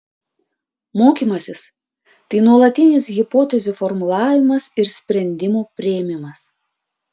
mokymasis tai nuolatinis hipotezių formulavimas ir sprendimų priėmimas